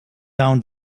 down